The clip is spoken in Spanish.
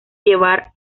llevar